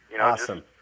Awesome